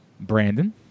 Brandon